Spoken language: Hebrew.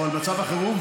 או על מצב החירום,